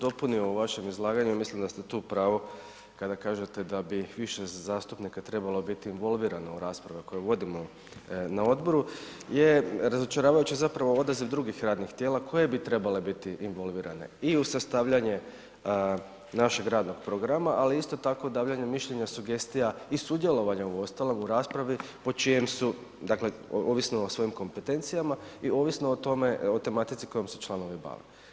Kolega Klisović, ono što bih dopunio u vašem izlaganju, ja mislim da ste tu u pravu kada kažete da bi više zastupnika trebalo biti involvirano u rasprave koje vodimo na odboru je razočaravajuće zapravo odraziv drugih radnih tijela koje bi trebale biti involvirane i u sastavljanje našeg radnog programa, ali isto tako davanja mišljenja, sugestija i sudjelovanja u ostalom u raspravi po čijem su, dakle ovisno o svojim kompetencijama i ovisno o tome, o tematici kojom se članovi bave.